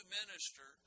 minister